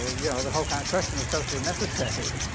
yeah the whole kind of question of socially necessary,